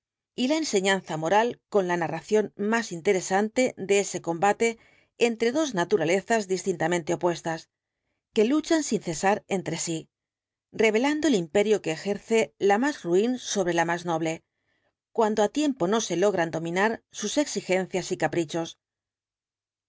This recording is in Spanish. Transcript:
y la enseñanza moral con la narración más interesante de ese combate entre dos naturalezas distintamente opuestas que luchan sin cesar entre sí revelando el imperio que ejerce la más ruin sobre la más noble cuando á tiempo no se logran dominar sus exigencias y caprichos